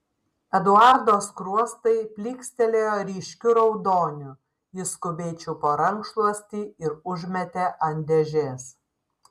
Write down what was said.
eduardo skruostai plykstelėjo ryškiu raudoniu jis skubiai čiupo rankšluostį ir užmetė ant dėžės